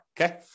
Okay